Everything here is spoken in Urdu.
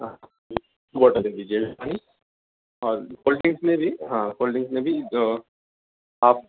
ہاں بوٹل دے دیجئے گا پانی اور کولڈ ڈرنکس میں بھی ہاں کولڈ ڈرنکس میں بھی آپ